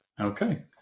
Okay